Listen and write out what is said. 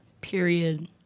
Period